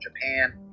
Japan